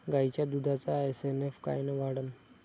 गायीच्या दुधाचा एस.एन.एफ कायनं वाढन?